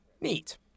Neat